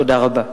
תודה רבה.